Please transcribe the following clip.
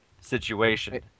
situation